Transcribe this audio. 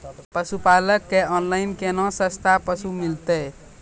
पशुपालक कऽ ऑनलाइन केना सस्ता पसु मिलतै?